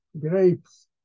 grapes